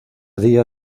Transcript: día